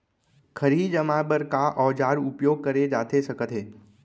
खरही जमाए बर का औजार उपयोग करे जाथे सकत हे?